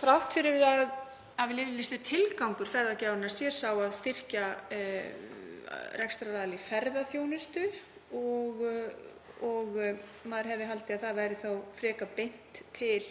þrátt fyrir að yfirlýstur tilgangur ferðagjafarinnar sé sá að styrkja rekstraraðila í ferðaþjónustu. Maður hefði haldið að því væri þá frekar beint til